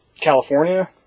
California